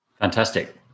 Fantastic